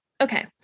okay